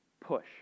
push